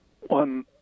one